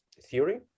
theory